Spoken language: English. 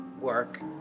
work